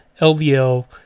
LVL